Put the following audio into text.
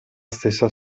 stessa